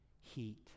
heat